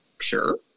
Sure